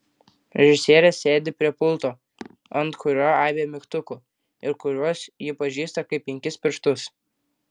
režisierė sėdi prie pulto ant kurio aibė mygtukų ir kuriuos ji pažįsta kaip penkis pirštus